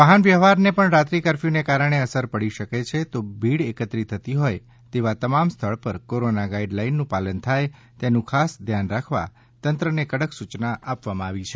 વાહન વ્યવહારને પણ રાત્રિ કરફ્યુ ને કારણે અસર પડી શકે છે તો ભીડ એકત્ર થતી હોય તેવા તમામ સ્થળ પર કોરોના ગાઈડ લાઈનનું પાલન થાય તેનું ખાસ ધ્યાન રાખવા તંત્રને કડક સૂચના આપવામાં આવી છે